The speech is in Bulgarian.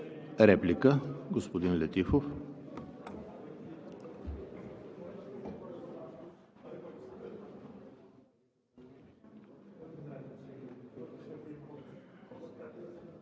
Реплика? Господин Летифов.